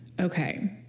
okay